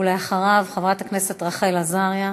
ואחריו, חברת הכנסת רחל עזריה.